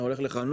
אתה הולך לחנות,